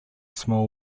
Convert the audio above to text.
small